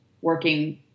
working